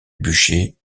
bûcher